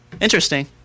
interesting